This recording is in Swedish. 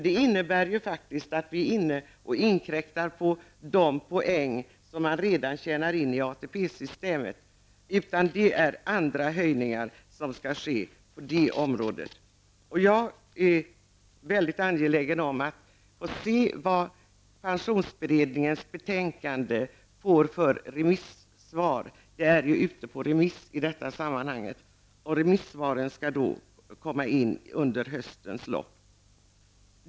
Det skulle faktiskt innebära att vi inkränkte på de poäng som man redan tjänat in enligt ATP-systemet, utan det är andra höjningar som skall ske på det här området. Jag är väldigt angelägen om att få se vad pensionsberedningens betänkande får för remissvar i detta sammanhang. Remissvaren skall komma in under höstens lopp.